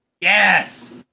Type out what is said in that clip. Yes